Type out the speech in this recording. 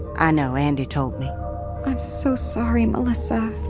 i know. andi told me i'm so sorry, melissa